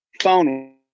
phone